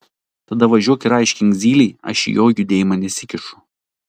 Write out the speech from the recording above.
tada važiuok ir aiškink zylei aš į jo judėjimą nesikišu